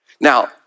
Now